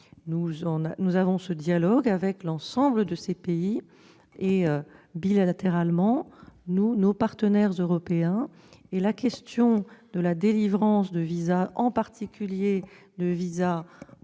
Nous menons ce dialogue avec l'ensemble de ces pays, comme le font aussi, bilatéralement, nos partenaires européens. Et la question de la délivrance de visas, en particulier de visas officiels,